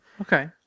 Okay